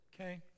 Okay